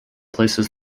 places